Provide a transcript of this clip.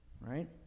Right